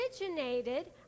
originated